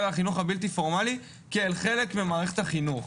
על החינוך הבלתי-פורמלי כחלק ממערכת החינוך.